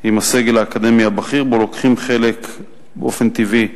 עם הסגל האקדמי הבכיר, שבו לוקחים חלק באופן טבעי